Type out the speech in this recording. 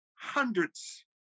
hundreds